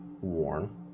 worn